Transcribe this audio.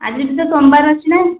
ଆଜି ତ ସୋମବାର ଅଛି ନା